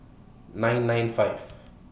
nine nine five